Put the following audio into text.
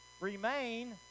remain